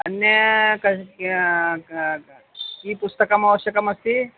अन्यं किं पुस्तकम् आवश्यकमस्ति